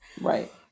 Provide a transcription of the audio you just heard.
Right